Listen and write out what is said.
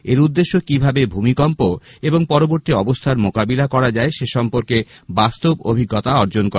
এর উদ্দেশ্য কিভাবে ভূমিকম্প এবং পবর্তী অবস্থার মোকাবেলা করা যায় সে সম্পর্কে বাস্তব অভিজ্ঞতা অর্জন করা